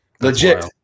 legit